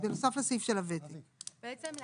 בנוסף לסעיף של הוותק.